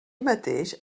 mateix